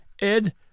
Ed